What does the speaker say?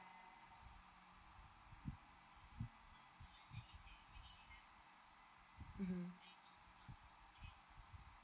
mm